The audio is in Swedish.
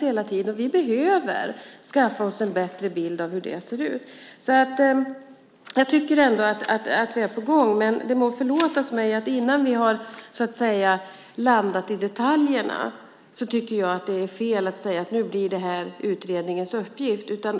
hela tiden ändras, och vi behöver skaffa oss en bättre bild av hur det ser ut. Jag tycker ändå att vi är på gång. Det må förlåtas mig att jag tycker att det är fel att innan vi har landat i detaljerna säga att det blir utredningens uppgift.